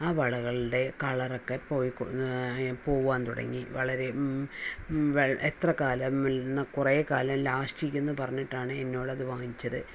ആ വളകൾടെ കളറൊക്കെപ്പോയി കൊ പോവാൻ തുടങ്ങി വളരെ വെള് എത്ര കാലം ൽ ന്ന കുറെ കാലം ലാസ്റ്റ് ചെയ്യുമെന്ന് പറഞ്ഞിട്ടാണ് എന്നോട് അത് വാങ്ങിച്ചത്